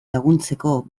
laguntzeko